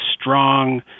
strong